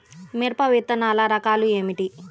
మిరప విత్తనాల రకాలు ఏమిటి?